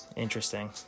interesting